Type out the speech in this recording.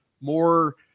more –